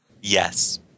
Yes